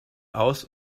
aus